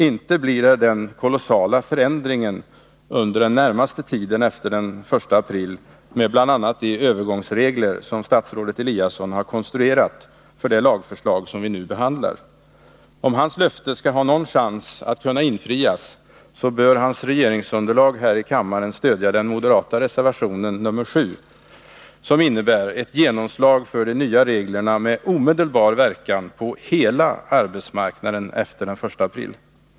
Inte blir det den kolossala förändringen efter den 1 april med bl.a. de övergångsregler som statsrådet Eliasson har konstruerat för det lagförslag som vi nu behandlar. Om hans löfte skall ha någon chans att kunna infrias, bör hans regeringsunderlag i kammaren stödja den moderata reservationen nr 7, som innebär ett genomslag för de nya reglerna med omedelbar verkan på hela arbetsmarknaden efter den 1 april.